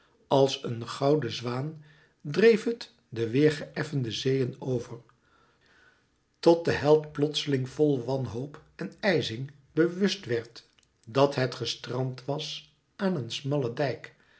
als een gouden zwaan dreef het de weêr geëffende zeeën over tot de held zich plotseling vol wanhoop en ijzing bewust werd dat het gestrand was aan een smallen dijk